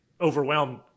overwhelmed